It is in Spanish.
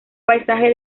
paisaje